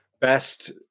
best